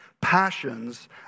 Passions